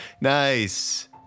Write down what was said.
Nice